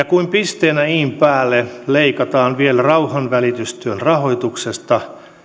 kuin pisteenä in päälle leikataan vielä rauhanvälitystyön rahoituksesta